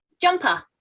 jumper